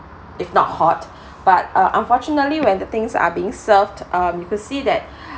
if not hot but uh unfortunately when the things are being served um we could see that